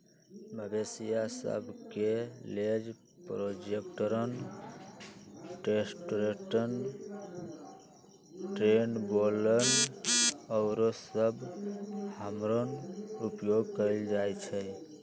मवेशिय सभ के लेल प्रोजेस्टेरोन, टेस्टोस्टेरोन, ट्रेनबोलोन आउरो सभ हार्मोन उपयोग कयल जाइ छइ